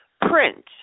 print